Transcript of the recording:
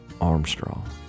Armstrong